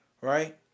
Right